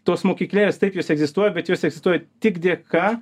tos mokyklėlės taip jos egzistuoja bet jos egzistuoja tik dėka